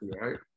right